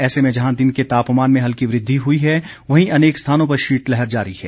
ऐसे में जहां दिन के तापमान में हल्की वृद्धि हुई है वहीं अनेक स्थानों पर शीतलहर जारी है